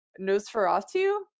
Nosferatu